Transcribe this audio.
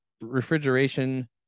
refrigeration